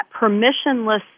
permissionless